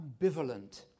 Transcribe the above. ambivalent